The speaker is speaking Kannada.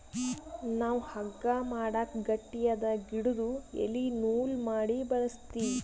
ನಾವ್ ಹಗ್ಗಾ ಮಾಡಕ್ ಗಟ್ಟಿಯಾದ್ ಗಿಡುದು ಎಲಿ ನೂಲ್ ಮಾಡಿ ಬಳಸ್ತೀವಿ